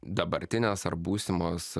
dabartinės ar būsimos